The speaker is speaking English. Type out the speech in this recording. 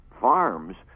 farms